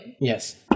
Yes